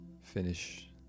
finish